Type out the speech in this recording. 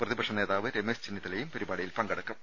പ്രതിപക്ഷ നേതാവ് രമേശ് ചെന്നിത്തലയും പരിപാടിയിൽ പങ്കെടുക്കും